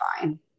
fine